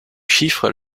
chiffres